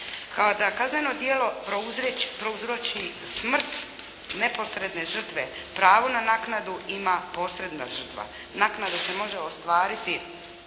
Da kazneno djelo prouzroči smrt neposredne žrtve, pravo na naknadu ima posredna žrtva. Naknada se može ostvariti